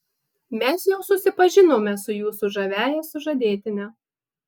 mes jau susipažinome su jūsų žaviąja sužadėtine